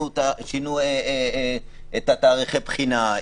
קודם כול שינו את תאריכי הבחינה,